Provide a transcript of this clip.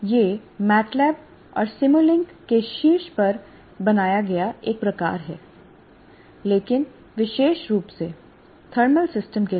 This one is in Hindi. यह एमएटीएलएबी और सिमुलिंक के शीर्ष पर बनाया गया एक प्रकार है लेकिन विशेष रूप से थर्मल सिस्टम के लिए